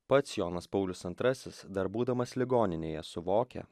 pats jonas paulius antrasis dar būdamas ligoninėje suvokia